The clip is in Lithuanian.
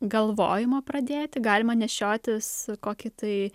galvojimo pradėti galima nešiotis kokį tai